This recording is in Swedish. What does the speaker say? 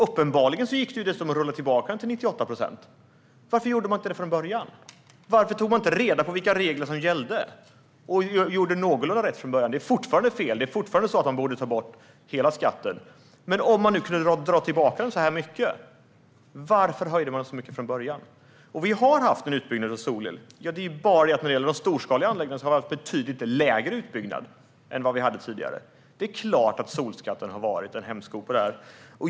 Uppenbarligen gick det dessutom att dra tillbaka den till 98 procent. Varför gjorde man inte det från början? Varför tog man inte reda på vilka regler som gällde och gjorde någorlunda rätt från början? Det är fortfarande fel. Man borde fortfarande ta bort hela skatten. Men om man kunde dra tillbaka den så mycket, varför höjde man den så mycket från början? Vi har haft en utbyggnad av solel. Men när det gäller de storskaliga anläggningarna har vi haft en betydligt lägre utbyggnad än vad vi hade tidigare. Det är klart att solskatten har varit en hämsko.